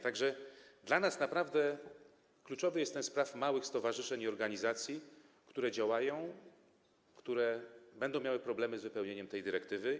Tak że dla nas naprawdę kluczowa jest ta sprawa małych stowarzyszeń i organizacji, które działają i które będą miały problemy z wypełnieniem tej dyrektywy.